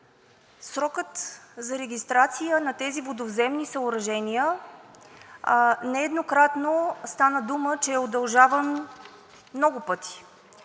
Срокът за регистрация на тези водовземни съоръжения, нееднократно стана дума, че е удължаван много пъти